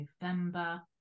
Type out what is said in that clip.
November